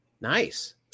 Nice